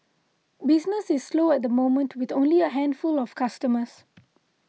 business is slow at the moment with only a handful of customers